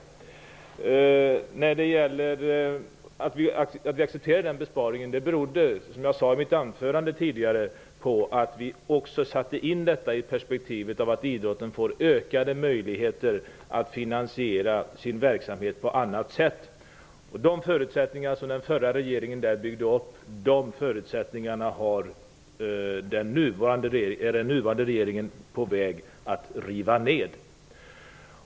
Som jag sade tidigare i mitt anförande accepterade vi den besparingen därför att vi satte in denna i perspektivet att idrotten får ökade möjligheter att finansiera sin verksamhet på annat sätt. De förutsättningar som den förra regeringen byggde upp är nu den nuvarande regeringen på väg att riva ner.